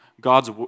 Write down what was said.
God's